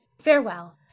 Farewell